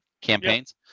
campaigns